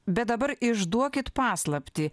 bet dabar išduokit paslaptį